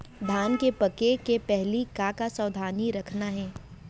धान के पके के पहिली का का सावधानी रखना हे?